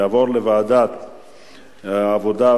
תעבור לוועדת העבודה,